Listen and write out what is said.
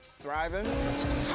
thriving